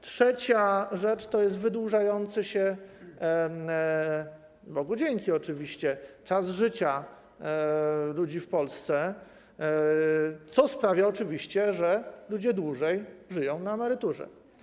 Trzecia rzecz to jest wydłużający się, Bogu dzięki oczywiście, czas życia ludzi w Polsce, co oczywiście sprawia, że ludzie dłużej żyją na emeryturze.